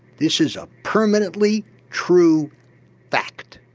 this is a permanently true fact,